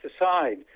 aside